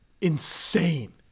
insane